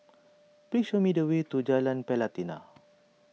please show me the way to Jalan Pelatina